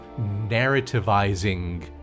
narrativizing